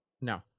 No